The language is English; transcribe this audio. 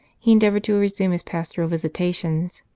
he endeavoured to resume his pastoral visitations.